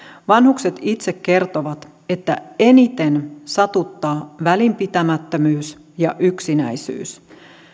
vanhukset itse kertovat että eniten satuttavat välinpitämättömyys ja yksinäisyys